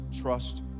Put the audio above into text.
trust